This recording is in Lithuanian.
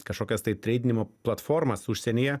kažkokias tai treidinimo platformas užsienyje